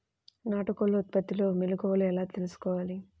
నాటుకోళ్ల ఉత్పత్తిలో మెలుకువలు ఎలా తెలుసుకోవాలి?